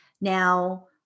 Now